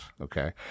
okay